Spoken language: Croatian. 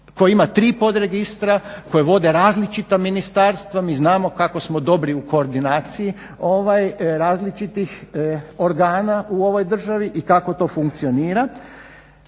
koji ima tri pod registra koje vode različita ministarstva. Mi znamo kako smo dobri u koordinaciji različitih organa u ovoj državi i kako to funkcionira.